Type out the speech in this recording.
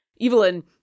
Evelyn